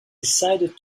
decided